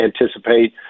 anticipate